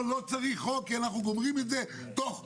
שלא צריך חוק כי הם גומרים את זה תוך חודש,